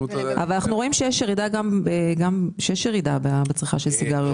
אנחנו רואים שיש ירידה בצריכה של סיגריות.